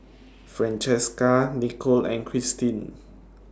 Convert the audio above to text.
Francesca Nichole and Christine